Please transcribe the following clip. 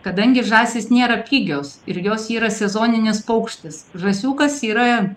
kadangi žąsys nėra pigios ir jos yra sezoninis paukštis žąsiukas yra